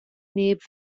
neb